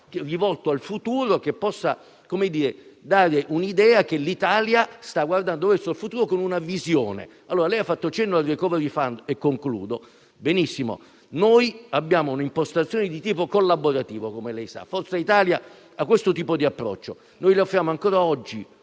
rivolto al futuro che possa dare l'idea che l'Italia sta guardando verso il futuro con una visione. Lei ha fatto cenno al *recovery fund*, benissimo; come lei sa, noi abbiamo un'impostazione di tipo collaborativo. Forza Italia ha questo tipo di approccio. Noi le offriamo oggi,